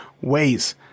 ways